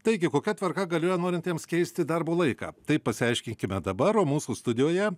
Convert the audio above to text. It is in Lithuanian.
taigi kokia tvarka galioja norintiems keisti darbo laiką tai pasiaiškinkime dabar o mūsų studijoje